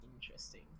interesting